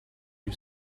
you